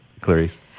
Clarice